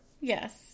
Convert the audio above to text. Yes